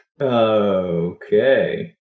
Okay